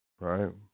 right